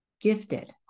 gifted